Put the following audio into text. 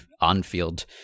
on-field